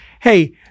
hey